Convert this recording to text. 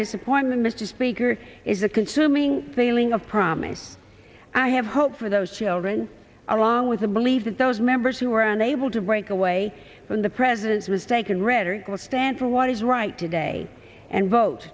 disappointment mr speaker is a consuming failing of promise i have hope for those children along with the believe that those members who are unable to break away from the president was taken rhetoric will stand for what is right today and vote